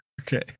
Okay